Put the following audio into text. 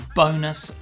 bonus